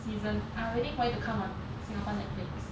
season I'm waiting for it to come on singapore netflix